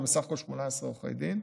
ובסך הכול יש 18 עורכי דין.